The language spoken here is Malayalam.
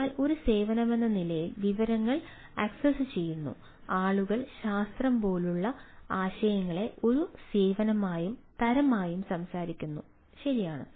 അതിനാൽ ഒരു സേവനമെന്ന നിലയിൽ വിവരങ്ങൾ ആക്സസ്സുചെയ്യുന്നു ആളുകൾ ശാസ്ത്രം പോലുള്ള ആശയങ്ങളെ ഒരു സേവനമായും തരമായും സംസാരിക്കുന്നു ശരിയാണ്